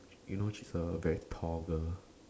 you know she's a very tall girl